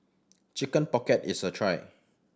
Chicken Pocket is a try